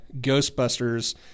Ghostbusters